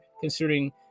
considering